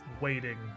waiting